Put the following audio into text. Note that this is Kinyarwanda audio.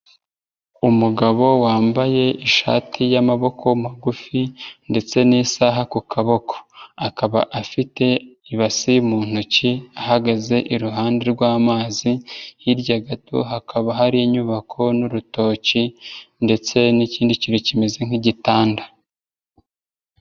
Umugabo wambaye ishati y'amaboko magufi ndetse n'isaha ku kaboko, akaba afite ibasi mu ntoki ahagaze iruhande rw'amazi, hirya gato hakaba hari inyubako n'urutoki ndetse n'ikindi kintu kimeze nk'igitanda.